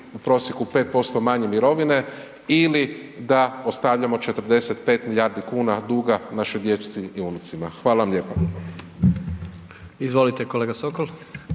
u prosjeku 5% manje mirovine ili da ostavljamo 45 milijardi kuna našoj dječici i unucima. Hvala vam lijepa. **Jandroković, Gordan